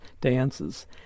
dances